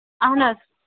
اَہَن حظ